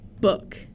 book